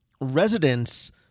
residents